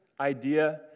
idea